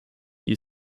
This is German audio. die